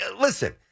listen